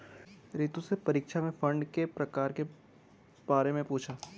रितु से परीक्षा में फंड के प्रकार के बारे में पूछा